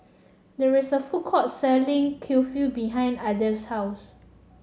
there is a food court selling Kulfi behind Adolf's house